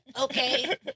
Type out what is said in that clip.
Okay